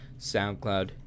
SoundCloud